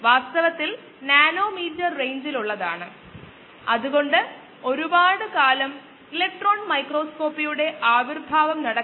അതിനാൽ SS0 x x0YxS അതിനാൽ S ഉൾപ്പെടുത്തുമ്പോൾ ഡിഫറൻഷ്യൽ സമവാക്യം മാറുന്നു